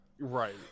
Right